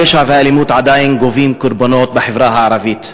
הפשע והאלימות עדיין גובים קורבנות בחברה הערבית,